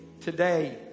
Today